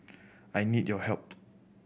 I need your help